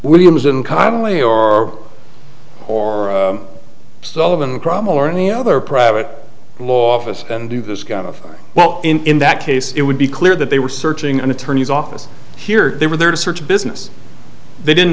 williams and calmly or sullivan a crime or any other private law for us and do this kind of well in that case it would be clear that they were searching an attorney's office here they were there to search business they didn't